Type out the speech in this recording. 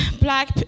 black